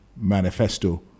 manifesto